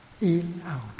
in-out